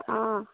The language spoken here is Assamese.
অঁ